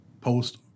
Post